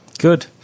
Good